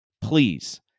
Please